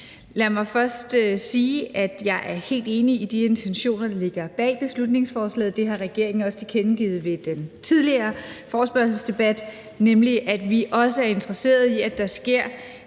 Lad mig først sige, at jeg er helt enig i de intentioner, der ligger bag beslutningsforslaget, og regeringen har også tilkendegivet ved en tidligere forespørgselsdebat, at vi også er interesserede i, at der sker